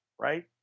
right